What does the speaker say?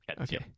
Okay